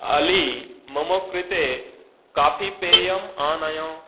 आली मम कृते काफी पेयम् आनय